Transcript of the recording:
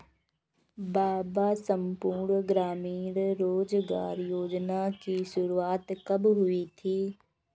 बाबा संपूर्ण ग्रामीण रोजगार योजना की शुरुआत कब हुई थी?